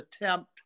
attempt